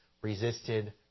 resisted